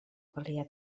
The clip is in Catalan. calia